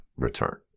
return